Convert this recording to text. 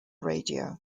radio